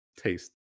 taste